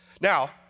Now